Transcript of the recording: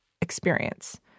experience